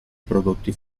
prodotti